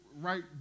right